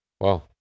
Wow